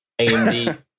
AMD